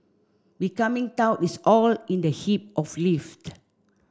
becoming taut is all in the hip of lift